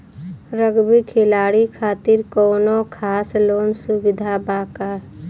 Rugby खिलाड़ी खातिर कौनो खास लोन सुविधा बा का?